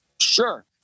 sure